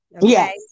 Yes